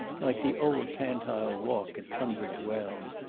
like the old pantile walk at tunbridge wells.